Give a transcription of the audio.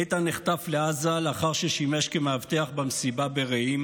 איתן נחטף לעזה לאחר ששימש כמאבטח במסיבה ברעים